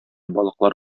балыклар